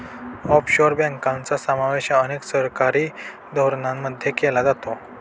offshore बँकांचा समावेश अनेक सरकारी धोरणांमध्ये केला जातो